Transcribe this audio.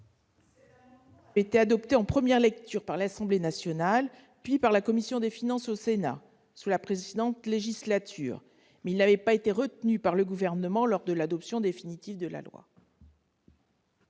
a été adopté en première lecture par l'Assemblée nationale puis par la commission des finances du Sénat sous la précédente législature. En revanche, il n'avait pas été retenu lors de l'adoption définitive de la loi.